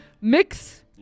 mix